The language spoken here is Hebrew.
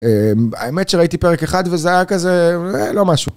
אממ האמת שראיתי פרק אחד וזה היה כזה אע לא משהו.